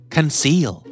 Conceal